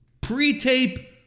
Pre-tape